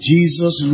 Jesus